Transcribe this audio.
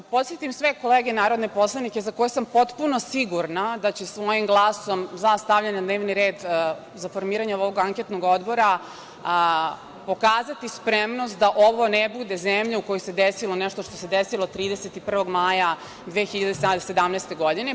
Da podsetim sve kolege narodne poslanike za koje sam potpuno sigurna da će svojim glasom za, za stavljanje na dnevni red, za formiranje ovog anketnog odbora pokazati spremnost da ovo ne bude zemlja u kojoj se desilo nešto što se desilo 31. maja 2017. godine.